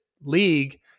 league